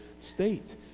state